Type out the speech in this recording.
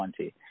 20